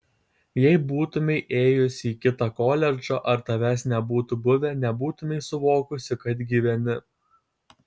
jei būtumei ėjusi į kitą koledžą ar tavęs nebūtų buvę nebūtumei suvokusi kad gyveni